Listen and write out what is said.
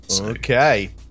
okay